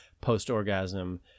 post-orgasm